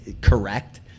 correct